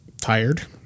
tired